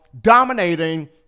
dominating